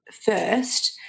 first